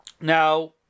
Now